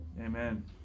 Amen